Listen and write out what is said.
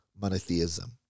monotheism